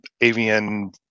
avian